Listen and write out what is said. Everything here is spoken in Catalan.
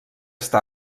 està